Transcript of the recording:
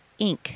Inc